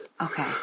Okay